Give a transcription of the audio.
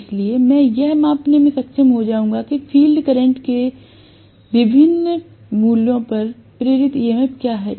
इसलिए मैं यह मापने में सक्षम हो जाऊंगा कि फील्ड करंट के विभिन्न मूल्यों पर प्रेरित ईएमएफ क्या है